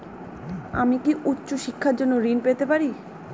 আমি কি উচ্চ শিক্ষার জন্য ঋণ পেতে পারি?